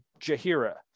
jahira